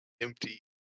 empty